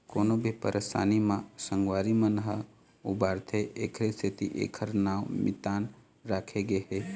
कोनो भी परसानी म संगवारी मन ह उबारथे एखरे सेती एखर नांव मितान राखे गे हे